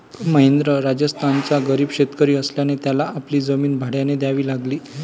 महेंद्र राजस्थानचा गरीब शेतकरी असल्याने त्याला आपली जमीन भाड्याने द्यावी लागली